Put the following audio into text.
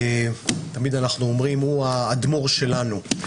תמיד אנחנו אומרים שהוא האדמו"ר שלנו.